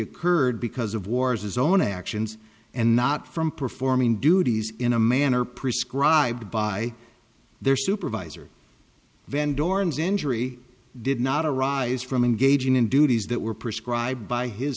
occurred because of wars his own actions and not from performing duties in a manner prescribed by their supervisor van dorn's injury did not arise from engaging in duties that were prescribed by his